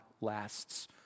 lasts